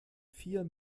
vier